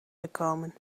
gekomen